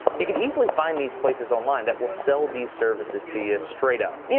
you can easily find these places online that will sell these services to you straight up. you